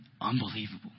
unbelievable